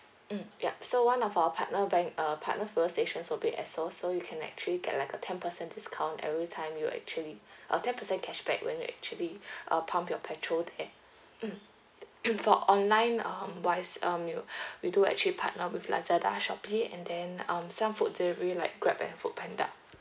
mm yup so one of our partner bank uh partner fuel stations will be Esso so you can actually get like a ten percent discount every time you actually uh ten percent cashback when you actually uh pump your petrol there mm for online um wise um you we do actually partner with lazada shopee and then um some food delivery like grab and foodpanda